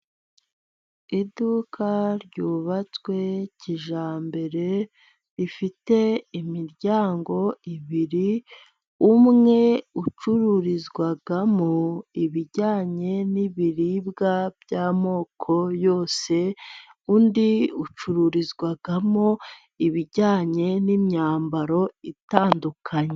Iduka ryubatswe kijyambere, rifite imiryango ibiri, umwe ucururizwamo ibijyanye n'ibiribwa by'amoko yose, undi ucururizwamo ibijyanye n'imyambaro itandukanye.